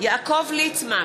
יעקב ליצמן,